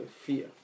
fear